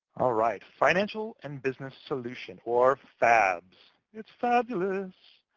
all right. financial and business solution or fabs. it's fabulous.